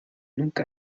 nunca